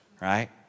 right